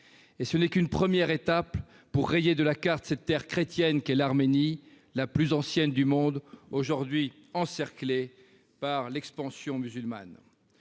là que d'une première étape pour rayer de la carte cette terre chrétienne qu'est l'Arménie, la plus ancienne du monde, aujourd'hui encerclée par l'expansion musulmane.